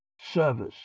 Service